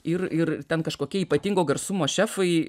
ir ir ten kažkokie ypatingo garsumo šefai